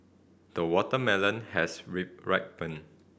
the watermelon has ripened